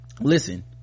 listen